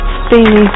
steamy